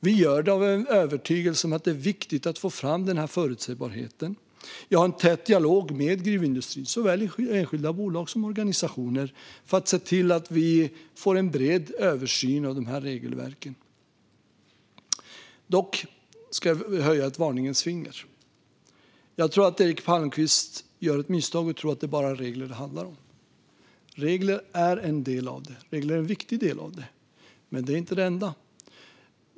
Vi gör det med en övertygelse om att det är viktigt att få fram förutsägbarheten. Jag har en tät dialog med gruvindustrin, såväl enskilda bolag som organisationer, för att se till att vi får en bred översyn av regelverken. Dock ska jag höja ett varningens finger. Jag tror att Eric Palmqvist gör ett misstag om han tror att det bara handlar om regler. Regler är en del av detta. Regler är en viktig del men inte den enda.